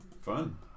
Fun